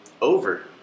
over